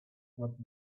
what